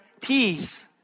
peace